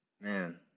Man